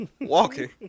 Walking